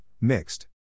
Mixed